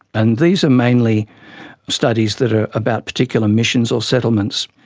and these are mainly studies that are about particular missions or settlements.